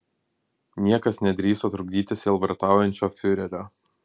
niekas nedrįso trukdyti sielvartaujančio fiurerio